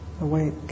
awake